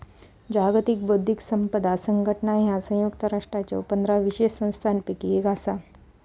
जागतिक बौद्धिक संपदा संघटना ह्या संयुक्त राष्ट्रांच्यो पंधरा विशेष संस्थांपैकी एक असा